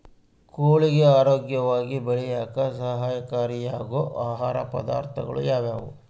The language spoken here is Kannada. ಕೋಳಿಗೆ ಆರೋಗ್ಯವಾಗಿ ಬೆಳೆಯಾಕ ಸಹಕಾರಿಯಾಗೋ ಆಹಾರ ಪದಾರ್ಥಗಳು ಯಾವುವು?